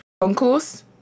concourse